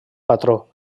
patró